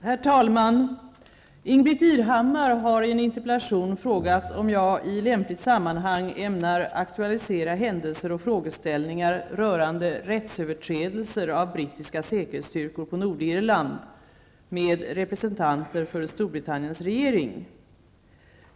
Herr talman! Ingbritt Irhammar har i en interpellation frågat om jag i lämpligt sammanhang ämnar aktualisera händelser och frågeställningar rörande rättsöverträdelser av brittiska säkerhetsstyrkor på Nordirland, med representanter för Storbritanniens regering.